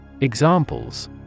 Examples